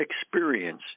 experience